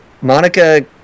monica